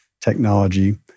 technology